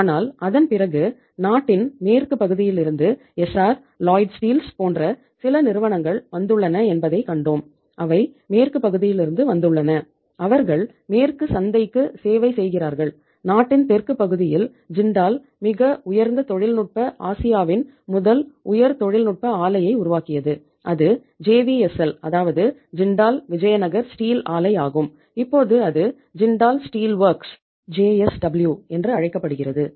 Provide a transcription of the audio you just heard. ஆனால் அதன்பிறகு நாட்டின் மேற்கு பகுதியிலிருந்து எஸ்சார் என்று அழைக்கப்படுகிறது